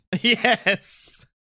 Yes